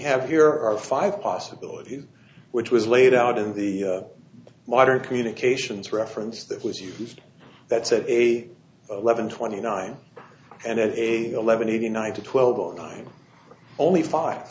have here are five possibilities which was laid out in the modern communications reference that was used that said a eleven twenty nine and a eleven eighty nine to twelve o nine only five